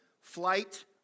flight